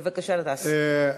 בבקשה, גטאס.